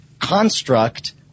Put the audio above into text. construct